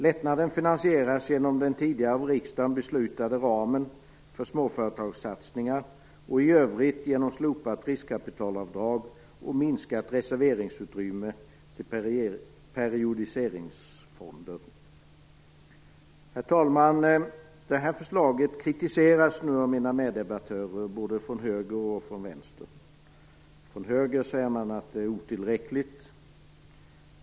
Lättnaden finansieras genom den tidigare av riksdagen beslutade ramen för småföretagssatningar, och i övrigt genom slopat riskkapitalavdrag och minskat reserveringsutrymme till periodiseringsfonder. Herr talman! Detta förslag kritiseras av mina meddebattörer både från höger och från vänster. Från höger säger man att det är otillräckligt.